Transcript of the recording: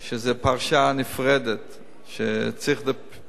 שזה פרשה נפרדת שצריכה טיפול.